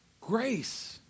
Grace